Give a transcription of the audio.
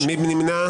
מי נמנע?